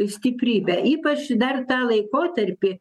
stiprybe ypač dar tą laikotarpį